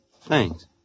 Thanks